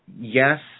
yes